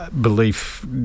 Belief